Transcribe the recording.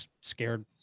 scared